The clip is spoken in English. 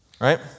right